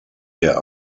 der